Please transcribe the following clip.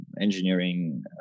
engineering